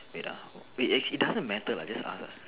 eight ah it doesn't matter lah just ask lag